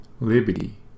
liberty